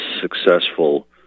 successful